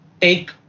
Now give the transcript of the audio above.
take